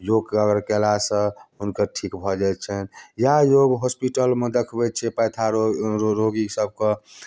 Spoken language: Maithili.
योग कयलासँ हुनकर ठीक भऽ जाइ छनि इएह योग होस्पिटलमे देखबै छै पैथा रोग रो रोगी सभकेँ